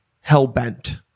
hell-bent